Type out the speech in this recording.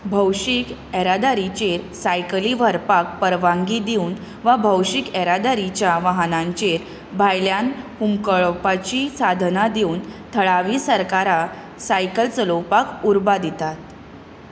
भौशीक येरादारीचेर सायकली व्हरपाक परवानगी दिवन वा भौशीक येरादारीच्या वाहनांचेर भायल्यान हुमकळावपाचीं साधनां दिवन थळावीं सरकारां सायकल चलोवपाक उर्बा दितात